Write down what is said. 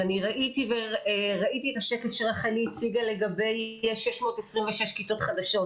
אני ראיתי את השקף שרחלי הציגה לגבי 626 כיתות חדשות,